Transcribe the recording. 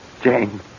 Jane